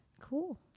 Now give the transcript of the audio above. cool